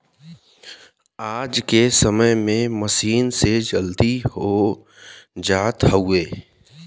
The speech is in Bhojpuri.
आज के समय में मसीन से जल्दी हो जात हउवे